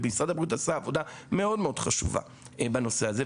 ומשרד הבריאות עשה עבודה מאוד חשובה בנושא הזה,